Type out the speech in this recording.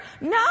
No